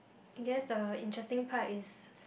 I guess the interesting part is